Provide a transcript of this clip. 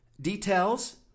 details